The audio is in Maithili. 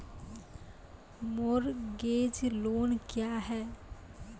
मोरगेज लोन क्या है?